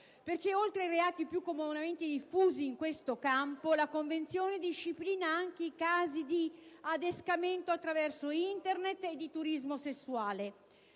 reati. Oltre ai reati più comunemente diffusi in questo campo la Convenzione disciplina anche i casi di adescamento attraverso Internet e di turismo sessuale.